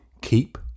keep